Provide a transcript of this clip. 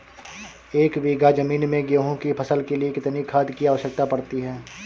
एक बीघा ज़मीन में गेहूँ की फसल के लिए कितनी खाद की आवश्यकता पड़ती है?